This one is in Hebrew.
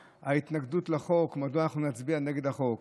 ההתנגדות לחוק: מדוע אנחנו נצביע נגד החוק.